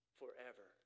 forever